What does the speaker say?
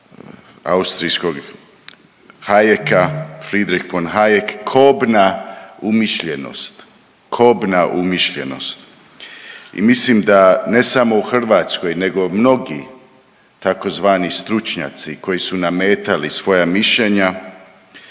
austrijskog Hajeka, Friedrich von Hajek, Kobna umišljenost, Kobna umišljenost i mislim da ne samo u Hrvatskoj nego mnogi tzv. stručnjaci koji su nametali svoja mišljenja,